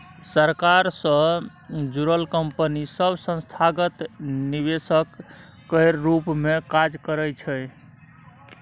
सरकार सँ जुड़ल कंपनी सब संस्थागत निवेशक केर रूप मे काज करइ छै